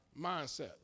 mindset